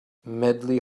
medley